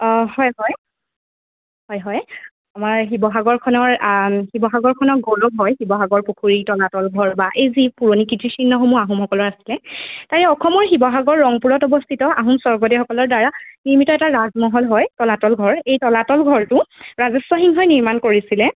অঁ হয় হয় হয় হয় আমাৰ শিৱসাগৰখনৰ শিৱসাগৰখনৰ গৌৰৱ হয় শিৱসাগৰ পুখুৰী তলাতল ঘৰ বা এই যি পুৰণি কীৰ্তিচিহ্নসমূহ আহোমসকলৰ আছিলে তাৰে অসমৰ শিৱসাগৰ ৰংপুৰত অৱস্থিত আহোম স্বৰ্গদেউসকলৰ দ্বাৰা নিৰ্মিত এটা ৰাজমহল হয় তলাতল ঘৰ এই তলাতল ঘৰটো ৰাজস্ব সিংহই নিৰ্মাণ কৰিছিলে